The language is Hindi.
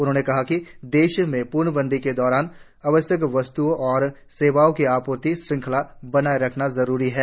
उन्होंने कहा कि देश में पूर्णबंदी के दौरान आवश्कयक वस्त्ओं और सेवाओं की आपूर्ति श्रंखला बनाये रखना जरूरी है